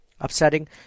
upsetting